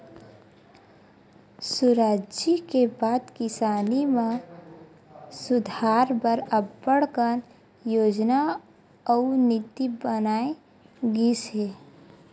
सुराजी के बाद किसानी म सुधार बर अब्बड़ कन योजना अउ नीति बनाए गिस हे